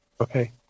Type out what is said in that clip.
Okay